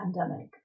pandemic